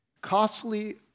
Costly